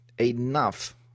enough